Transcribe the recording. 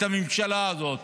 את הממשלה הזאת.